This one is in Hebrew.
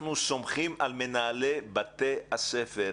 אנחנו סומכים על מנהלי בתי הספר.